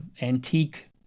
antique